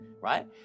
right